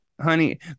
Honey